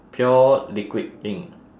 pure liquid ink